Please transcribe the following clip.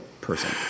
person